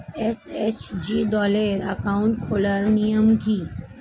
SHG দলের account খোলার নিয়ম কী?